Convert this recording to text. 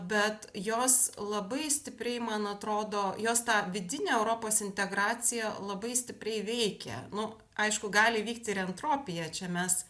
bet jos labai stipriai man atrodo jos tą vidinę europos integraciją labai stipriai veikia nu aišku gali įvykti ir entropija čia mes